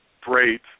great